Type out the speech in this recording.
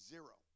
Zero